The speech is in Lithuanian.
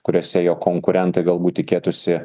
kuriose jo konkurentai galbūt tikėtųsi